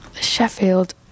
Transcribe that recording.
Sheffield